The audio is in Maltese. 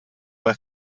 hekk